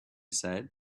said